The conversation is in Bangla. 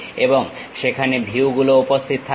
এবং সেখানে ভিউ গুলো উপস্থিত থাকবে